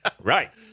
right